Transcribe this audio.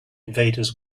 invaders